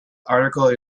article